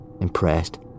impressed